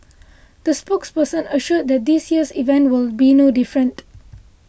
the spokesperson assured that this year's event will be no different